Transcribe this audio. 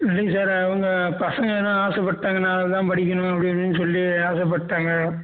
இல்லைங்க சார் அவங்க பசங்க எதுனால் ஆசைப்பட்டாங்க நான் அதுதான் படிக்கணுன்னு அப்படி இப்படின்னு சொல்லி ஆசைப்பட்டாங்க